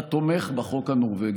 מאבק,